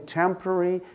temporary